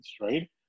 right